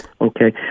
Okay